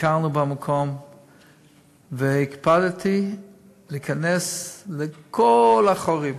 ביקרנו במקום והקפדתי להיכנס לכל החורים,